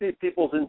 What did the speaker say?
people's